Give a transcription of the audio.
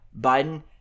Biden